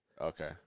Okay